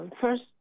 first